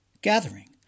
gathering